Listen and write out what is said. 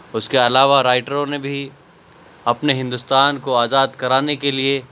اس کے علاوہ رائٹروں نے بھی اپنے ہندوستان کو آزاد کرانے کے لیے